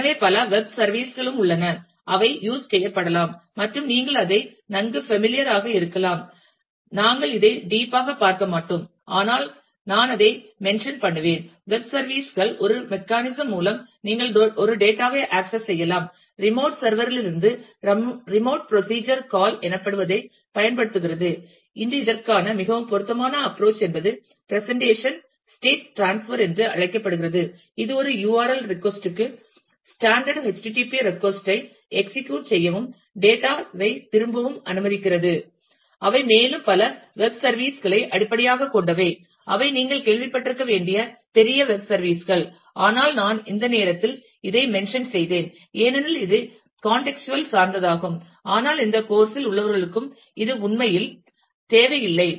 எனவே பல web service களும் உள்ளன அவை யூஸ் செய்யப்படலாம் மற்றும் நீங்கள் அதை நன்கு ஃபேமிலியர் ஆக இருக்கலாம் நாங்கள் இதை டீப் ஆகப் பார்க்க மாட்டோம் ஆனால் நான் அதைக் மென்ஷன் பண்ணுவேன் வெப் சர்வீஸ் கள் ஒரு மெக்கானிசம் மூலம் நீங்கள் ஒரு டேட்டா ஐ ஆக்சஸ் செய்யலாம் ரிமோட் சர்வர் இலிருந்து ரிமோட் புரோசீஜர் கால் எனப்படுவதைப் பயன்படுத்துகிறது இன்று இதற்கான மிகவும் பொதுவான அப்ரோச் என்பது பிரசெண்டேஷன் ஸ்டேட் டிரான்ஸ்பர் என்று அழைக்கப்படுகிறது இது ஒரு URL ரெட்கொஸ்ட் க்கு ஸ்டாண்டர்ட் HTTP ரெட்கொஸ்ட் ஐ எக்ஸிக்யூட் செய்யவும் டேட்டா ஐ திரும்பவும் அனுமதிக்கிறது அவை மேலும் பல வெப் சர்வீஸ் களை அடிப்படையாகக் கொண்டவை அவை நீங்கள் கேள்விப்பட்டிருக்க வேண்டிய பெரிய வெப் சர்வீஸ் கள் ஆனால் நான் இந்த நேரத்தில் இதைக் மென்ஷன் செய்தேன் ஏனெனில் இது கான்டெக்ட்சுவல் சார்ந்ததாகும் ஆனால் இந்த கோர்ஸ் இல் உள்ளவர்களுக்கு இது உண்மையில் தேவை இல்லை